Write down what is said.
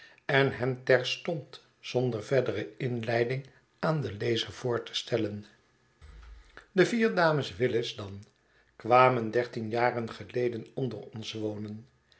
en hen terstond zonder verdere inleiding aan den lezer voor te stellen de vier dames willis dan kwamen dertien jaren geleden onder ons wonen